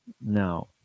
Now